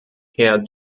herr